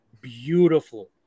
beautiful